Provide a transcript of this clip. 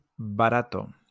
Barato